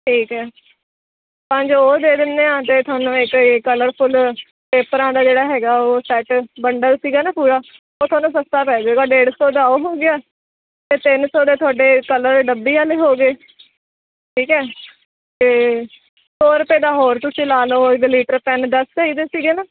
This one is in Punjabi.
ਠੀਕ ਹੈ ਪੰਜ ਉਹ ਦੇ ਦਿੰਦੇ ਹਾਂ ਅਤੇ ਤੁਹਾਨੂੰ ਇੱਕ ਇਹ ਕਲਰਫੁਲ ਪੇਪਰਾਂ ਦਾ ਜਿਹੜਾ ਹੈਗਾ ਉਹ ਸੈਟ ਬੰਡਲ ਸੀਗਾ ਨਾ ਪੂਰਾ ਉਹ ਤੁਹਾਨੂੰ ਸਸਤਾ ਪੈ ਜਾਵੇਗਾ ਡੇਢ ਸੌ ਦਾ ਉਹ ਹੋ ਗਿਆ ਅਤੇ ਤਿੰਨ ਸੌ ਦੇ ਤੁਹਾਡੇ ਕਲਰ ਡੱਬੀ ਵਾਲੇ ਹੋ ਗਏ ਠੀਕ ਹੈ ਅਤੇ ਸੌ ਰੁਪਏ ਦਾ ਹੋਰ ਤੁਸੀਂ ਲਾ ਲਓ ਪੈਨ ਦਸ ਚਾਹੀਦੇ ਸੀਗੇ ਨਾ